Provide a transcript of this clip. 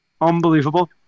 unbelievable